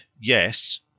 Yes